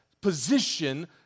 position